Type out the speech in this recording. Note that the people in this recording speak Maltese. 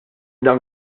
dan